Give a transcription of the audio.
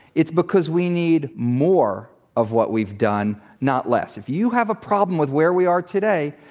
it's because we need more of what we've done, not less. if you have a problem with where we are today,